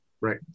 Right